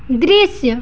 दृश्य